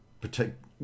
protect